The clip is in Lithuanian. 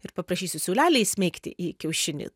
ir paprašysiu siūlelį įsmeigti į kiaušinį